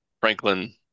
Franklin